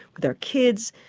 with our kids,